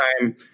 time